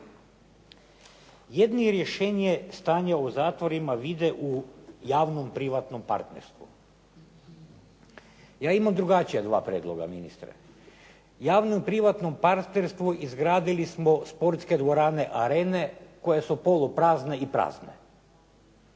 Jedni rješenje stanje u zatvorima vide u javnom privatnom partnerstvu. Ja imam drugačija dva prijedloga ministre. Javno privatnom partnerstvu izgradili smo sportske dvorane, arene koje su poluprazne i prazne.